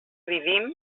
vivim